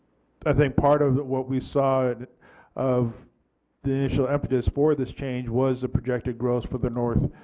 i think part of what we saw of the initial impetus for this change was a protected growth for the north